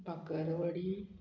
bakarwadi